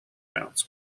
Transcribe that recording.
routes